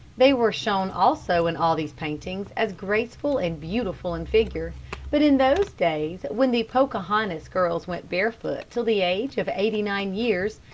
they were shown also in all these paintings as graceful and beautiful in figure but in those days when the pocahontas girls went barefooted till the age of eighty-nine years,